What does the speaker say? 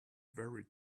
very